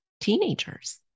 teenagers